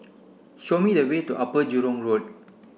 show me the way to Upper Jurong Road